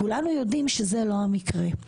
כולנו יודעים שזה לא המקרה.